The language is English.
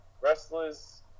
wrestlers